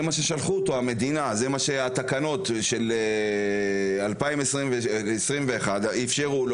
זה מה שהמדינה והתקנות של 2021 אפשרו לו,